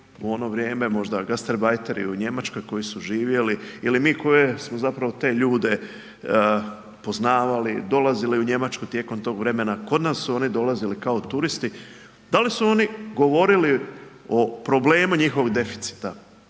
u ono vrijeme možda gastarbajteri u Njemačkoj koji su živjeli ili mi koji smo zapravo te ljude poznavali, dolazili u Njemačku tijekom tog vremena, kod nas su oni dolazili kao turisti. Da li su oni govorili o problemu njihovog deficita.